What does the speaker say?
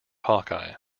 hawkeye